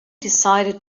decided